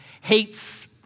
hates